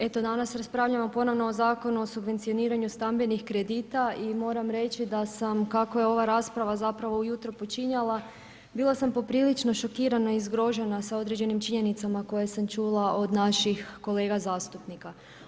Eto, danas raspravljamo ponovno o Zakonu o subvencioniranju stambenih kredita i moram reći da sam kako je ova rasprava zapravo ujutro počinjala, bila sam poprilično šokirana i zgrožena sa određenim činjenicama koje sam čula od naših kolega zastupnika.